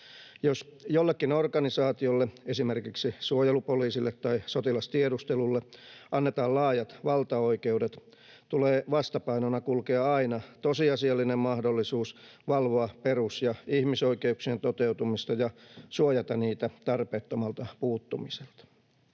Jos jollekin organisaatiolle, esimerkiksi suojelupoliisille tai sotilastiedustelulle, annetaan laajat valtaoikeudet, tulee vastapainona kulkea aina tosiasiallinen mahdollisuus valvoa perus- ja ihmisoikeuksien toteutumista ja suojata niitä tarpeettomalta puuttumiselta.